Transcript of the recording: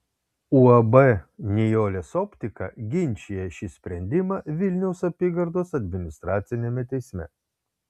uab nijolės optika ginčija šį sprendimą vilniaus apygardos administraciniame teisme